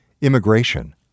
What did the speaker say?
immigration